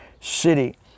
City